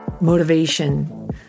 motivation